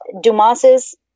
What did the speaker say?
Dumas's